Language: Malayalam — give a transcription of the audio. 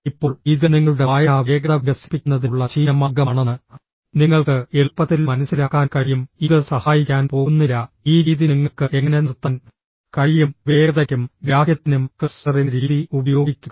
ഇപ്പോൾ ഇത് നിങ്ങളുടെ വായനാ വേഗത വികസിപ്പിക്കുന്നതിനുള്ള ചീഞ്ഞ മാർഗമാണെന്ന് നിങ്ങൾക്ക് എളുപ്പത്തിൽ മനസ്സിലാക്കാൻ കഴിയും ഇത് സഹായിക്കാൻ പോകുന്നില്ല ഈ രീതി നിങ്ങൾക്ക് എങ്ങനെ നിർത്താൻ കഴിയും വേഗതയ്ക്കും ഗ്രാഹ്യത്തിനും ക്ലസ്റ്ററിംഗ് രീതി ഉപയോഗിക്കുക